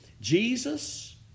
Jesus